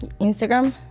Instagram